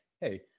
hey